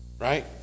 Right